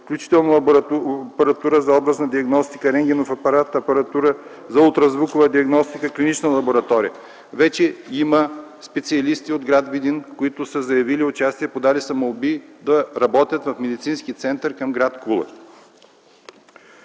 включително апаратура за образна диагностика, рентгенов апарат, апаратура за ултразвукова диагностика, клинична лаборатория. Вече има специалисти от гр. Видин, които са заявили участие и са подали молби да работят в Медицинския център към гр. Кула.